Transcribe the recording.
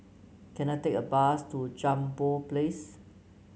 can I take a bus to Jambol Place